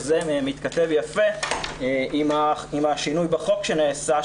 וזה מתכתב יפה עם השינוי בחוק שנעשה,